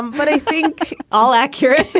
um but i think all accurate.